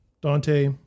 Dante